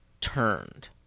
turned